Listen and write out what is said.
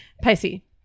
Pacey